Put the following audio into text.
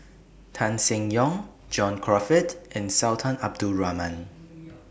Tan Seng Yong John Crawfurd and Sultan Abdul Rahman